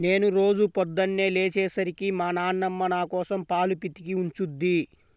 నేను రోజూ పొద్దన్నే లేచే సరికి మా నాన్నమ్మ నాకోసం పాలు పితికి ఉంచుద్ది